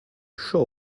show